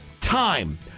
time